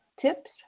tips